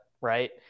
right